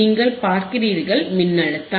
நீங்கள் பார்க்கிறீர்கள் மின்னழுத்தம்